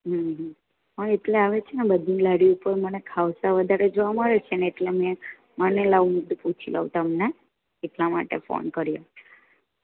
હં હં એટલે હવે છે ને બધી લારી ઉપર મને ખાઉસા વધારે જોવા મળે છે ને એટલે મેં મને લાવો હું પૂછી લઉં તમને એટલા માટે ફોન કર્યો